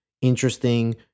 interesting